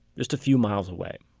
just a few miles away